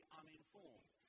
uninformed